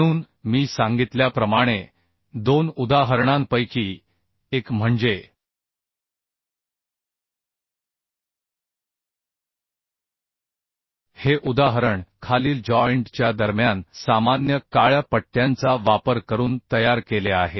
म्हणून मी सांगितल्याप्रमाणे दोन उदाहरणांपैकी एक म्हणजे हे उदाहरण खालील जॉइंट च्या दरम्यान सामान्य काळ्या पट्ट्यांचा वापर करून तयार केले आहे